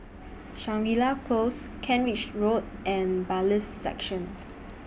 Shangri La Close Kent Ridge Road and Bailiffs' Section